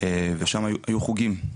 ושם היו חוגים,